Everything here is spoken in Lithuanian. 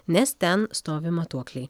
nes ten stovi matuokliai